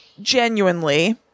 genuinely